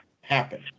happen